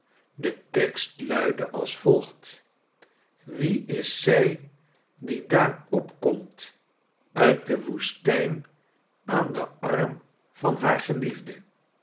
de tekst luidde als volgt wie is zy die daar opkomt uit de woestijn aan den arm van haar greliefde